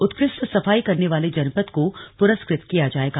उत्कृष्ट सफाई करने वाले जनपद को प्रस्कृत किया जाएगा